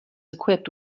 equipped